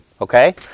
Okay